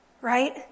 Right